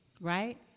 right